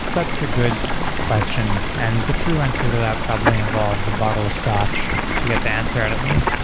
that's a good question, and the true answer to that probably involves a bottle of scotch to get the answer out of me.